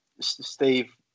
Steve